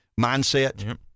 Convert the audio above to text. mindset